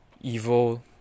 evil